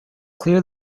clear